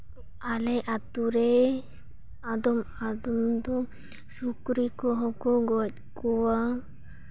ᱟᱞᱮ ᱟᱛᱳ ᱨᱮ ᱟᱫᱚᱢ ᱟᱫᱚᱢ ᱫᱤᱱ ᱥᱩᱠᱨᱤ ᱠᱚᱦᱚᱸ ᱠᱚ ᱜᱚᱡ ᱠᱚᱣᱟ